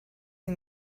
and